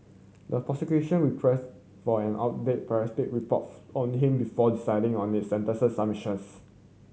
the prosecution requested for an updated psychiatric reports on him before deciding on its sentencing submissions